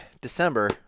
December